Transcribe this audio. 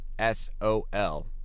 S-O-L